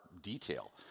detail